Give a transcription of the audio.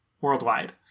worldwide